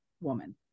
woman